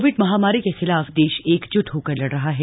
Covid महामारी के खिलाफ देश एकज्ट होकर लड़ रहा है